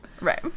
Right